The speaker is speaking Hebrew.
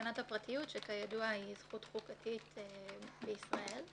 הפרטיות שכידוע היא זכות חוקתית בישראל.